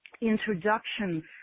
introductions